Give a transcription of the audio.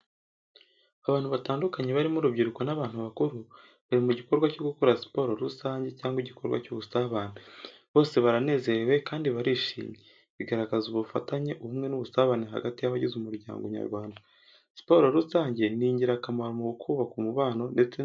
Abantu batandukanye barimo urubyiruko n’abantu bakuru bari mu gikorwa cyo gukora siporo rusange cyangwa igikorwa cy’ubusabane. Bose baranezerewe kandi barishimye, bigaragaza ubufatanye, ubumwe n’ubusabane hagati y’abagize umuryango nyarwanda. Siporo rusange ni ingirakamaro mu kubaka umubano ndetse no kugira ubuzima buzira umuze.